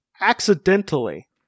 accidentally